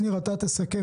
שניר, אתה תסכם.